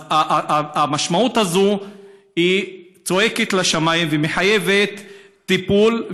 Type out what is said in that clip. המשמעות הזו צועקת לשמיים ומחייבת טיפול,